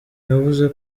yavuze